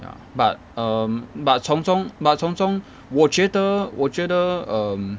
ya but um but 从中 but 从中我觉得我觉得 um